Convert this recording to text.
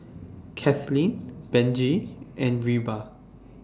Kathlene Benji and Reba